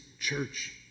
church